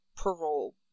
parole